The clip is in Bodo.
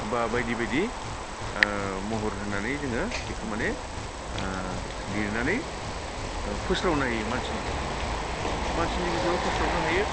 बा बायदि बायदि महर होनानै जोङो बेखौ माने लिरनानै फोस्रावनो हायो मानसिनि गेजेराव मानसिनि गेजेराव फोस्रावनो हायो